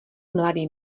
mladý